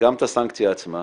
גם את הסנקציה עצמה,